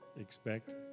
expect